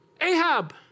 Ahab